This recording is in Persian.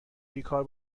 بیکار